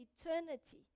eternity